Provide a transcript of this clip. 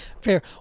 Fair